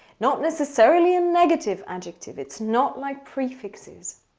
not necessarily a negative adjective. it's not like prefixes.